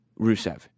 Rusev